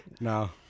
No